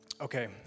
Okay